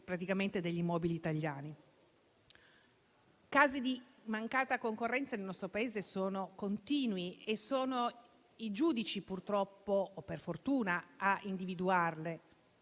casi di mancata concorrenza nel nostro Paese sono continui e sono i giudici - purtroppo o per fortuna - a individuarli.